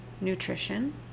nutrition